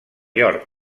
york